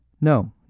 No